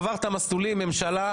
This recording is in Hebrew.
עבר את המסלולים ממשלה,